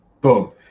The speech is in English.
Boom